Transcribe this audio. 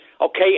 Okay